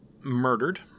murdered